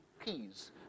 peace